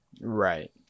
Right